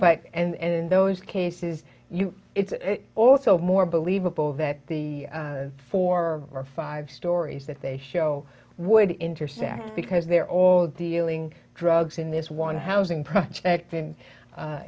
but and in those cases it's also more believable that the four or five stories that they show would intersect because they're all dealing drugs in this one housing project and